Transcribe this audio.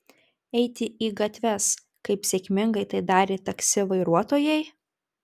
eiti į gatves kaip sėkmingai tai darė taksi vairuotojai